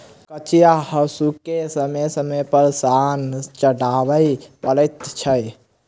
कचिया हासूकेँ समय समय पर सान चढ़बय पड़ैत छै